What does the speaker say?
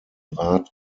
rat